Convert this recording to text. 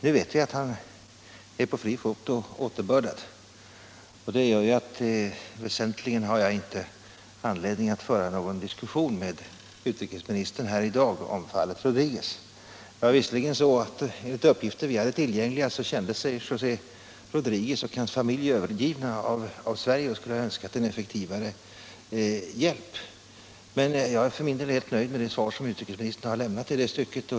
Nu vet vi att han är på fri fot och återbördad. Det gör ju att jag egentligen inte har någon anledning att här i dag föra en diskussion med utrikesministern om fallet Rodriguez. Det var visserligen så, att José Rodriguez och hans familj enligt tillgängliga uppgifter kände sig övergivna av Sverige och skulle ha önskat en effektivare hjälp, men jag är för min del helnöjd med det svar som utrikesministern har lämnat i det stycket.